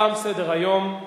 תם סדר-היום.